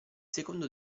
secondo